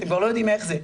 אתם כבר לא יודעים איך זה.